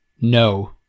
No